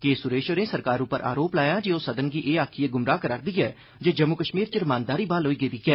के सुरेश होरें सरकार उप्पर आरोप लाया जे ओह् सदन गी एह् आखियै गुमराह करा'रदी ऐ जे जम्मू कश्मीर च रमानदारी ब्हाल होई गेदी ऐ